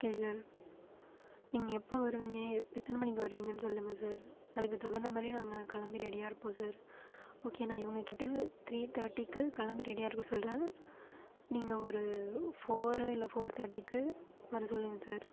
okay sir நீங்கள் எப்போது வருவீங்க எத்தனை மணிக்கு வருவீங்கன்னு சொல்லுங்கள் சார் அதுக்குத் தகுந்த மாதிரி நாங்கள் கிளம்பி ரெடியாக இருப்போம் சார் ஓகே நான் இவங்ககிட்ட த்ரீ தேர்ட்டிக்கு கிளம்பி ரெடியாக இருக்க சொல்கிறேன் நீங்கள் ஒரு ஃபோரு இல்லை ஃபோர் தேர்ட்டிக்கு வர சொல்லுங்கள் சார்